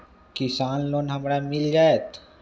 किसान लोन हमरा मिल जायत?